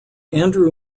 andrew